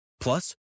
Plus